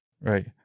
Right